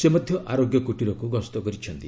ସେ ମଧ୍ୟ ଆରୋଗ୍ୟ କୂଟୀରକୁ ଗସ୍ତ କରିଛନ୍ତି